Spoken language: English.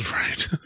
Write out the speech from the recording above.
Right